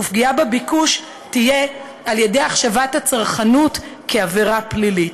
ופגיעה בביקוש תהיה על ידי החשבת הצרכנות לעבירה פלילית.